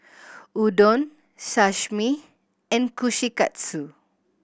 Udon Sashimi and Kushikatsu